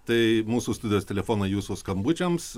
tai mūsų studijos telefonai jūsų skambučiams